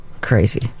Crazy